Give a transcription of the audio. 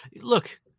look